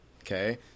Okay